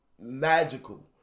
magical